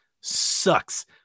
sucks